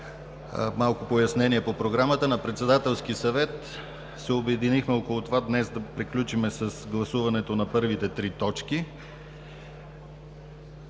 малки пояснения по Програмата. На Председателския съвет се обединихме около това днес да приключим с гласуването на първите три точки